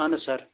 اَہَن حظ سَر